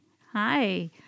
Hi